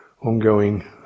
ongoing